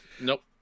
Nope